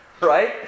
Right